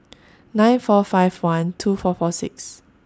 nine four five one two four four six